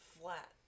flat